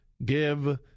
Give